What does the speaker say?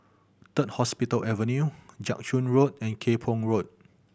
Third Hospital Avenue Jiak Chuan Road and Kay Poh Road